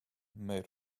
made